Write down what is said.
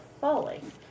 falling